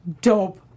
dope